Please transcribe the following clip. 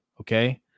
Okay